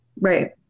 Right